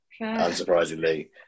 unsurprisingly